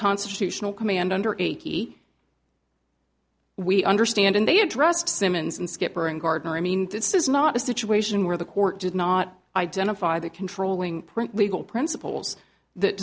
constitutional command under aiki we understand and they addressed simmons and skipper and gardner i mean this is not a situation where the court did not identify the controlling print legal principles that